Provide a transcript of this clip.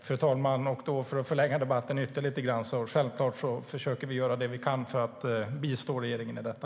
Fru talman! För att förlänga debatten ytterligare lite grann: Självklart försöker vi göra det vi kan för att bistå regeringen i detta.